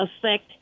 affect